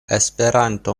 esperanto